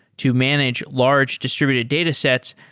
to manage large distributed datasets,